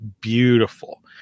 beautiful